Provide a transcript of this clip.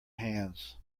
hands